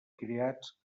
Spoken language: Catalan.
criats